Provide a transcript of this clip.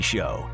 Show